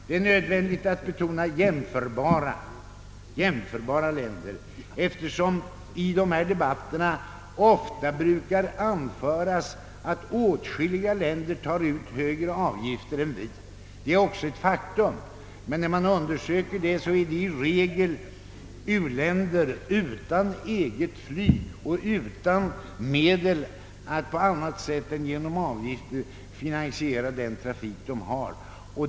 Det är nödvändigt att betona att det rör sig om jämförbara länder, eftersom det i dessa debatter ofta brukar anföras att åtskilliga länder tar ut högre avgifter än vi. Detta är också ett faktum, men när man undersöker saken finner man att det i regel handlar om u-länder utan eget flyg och utan medel att på annat sätt än genom avgifter finansiera den trafik de har.